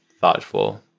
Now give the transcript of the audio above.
thoughtful